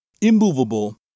immovable